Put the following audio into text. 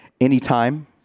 anytime